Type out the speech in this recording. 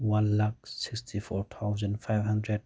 one lakh sixty four thousand five hundred